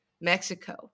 Mexico